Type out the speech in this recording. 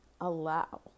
allow